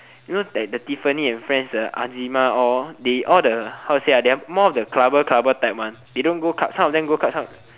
you know like that the Tiffany and friends the all they all the how to say they are more of the clubber clubber type [one] they don't go club one some of them go club some~